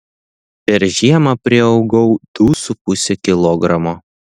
per žiemą priaugau du su puse kilogramo